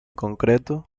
concreto